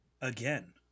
again